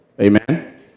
Amen